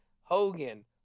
Hogan